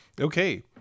Okay